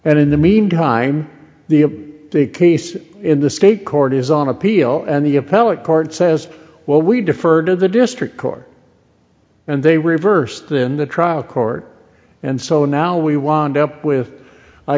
and in the meantime the case in the state court is on appeal and the appellate court says well we deferred to the district court and they reversed in the trial court and so now we wind up with i